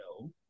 No